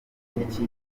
icyifuzo